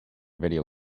video